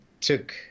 took